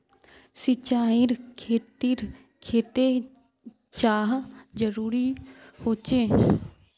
सिंचाईर खेतिर केते चाँह जरुरी होचे?